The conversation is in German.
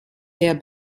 der